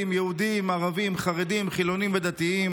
הדחליל.